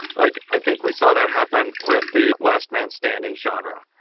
like i think we saw that happen with the last man standing genre.